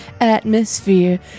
Atmosphere